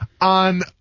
on